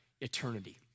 eternity